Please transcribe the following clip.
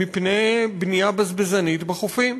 מפני בנייה בזבזנית בחופים.